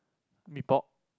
Mee-Pok